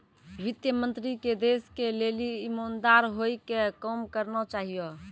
वित्त मन्त्री के देश के लेली इमानदार होइ के काम करना चाहियो